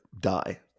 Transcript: die